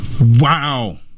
Wow